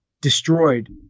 destroyed